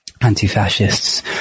Anti-fascists